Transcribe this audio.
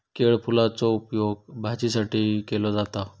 केळफुलाचो उपयोग भाजीसाठी केलो जाता